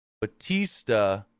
Batista